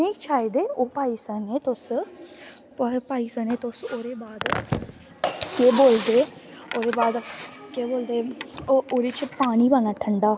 शायद ओह् पाई सकने तुस पाई सकने तुस ओह्दे बाद केह् बोलदे ओह्ॅदे बाद ओह्दे च पानी पाना ठंडा